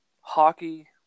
hockey